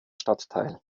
stadtteil